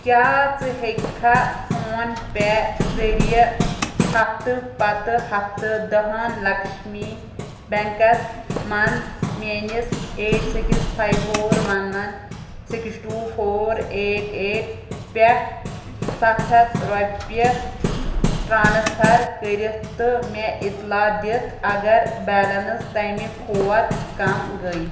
کیٛاہ ژٕ ہیٚکہِ کھا فون پے ذریعہ ہَفتہٕ پَتہٕ ہَفتہٕ دٔہن لَکشمی بٮ۪نٛکَس منٛز میٛٲنِس eight six five four one one six two four eight eight پٮ۪ٹھ سَتھ ہَتھ رۄپیہِ ٹرٛانَسفَر کٔرِتھ تہٕ مےٚ اطلاع دِتھ اَگر بیلینٕس تَمہِ کھوت کَم گٔے